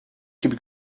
gibi